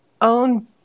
own